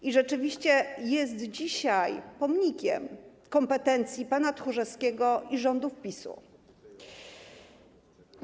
I rzeczywiście jest dzisiaj pomnikiem kompetencji pana Tchórzewskiego i rządów PiS-u.